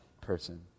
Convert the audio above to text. person